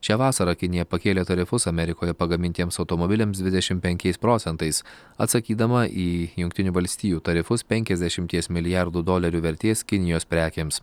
šią vasarą kinija pakėlė tarifus amerikoje pagamintiems automobiliams dvidešim penkiais procentais atsakydama į jungtinių valstijų tarifus penkiasdešimties milijardų dolerių vertės kinijos prekėms